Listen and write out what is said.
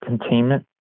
containment